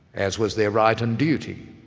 as was their right and duty.